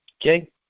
Okay